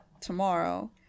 tomorrow